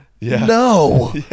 no